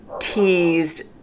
teased